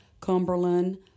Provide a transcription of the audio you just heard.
cumberland